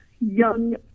young